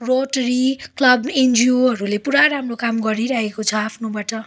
rotary club एनजियोहरूले पुरा राम्रो काम गरिरहेको छ आफ्नोबाट